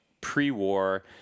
pre-war